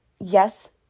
yes